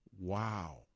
wow